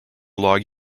log